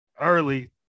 early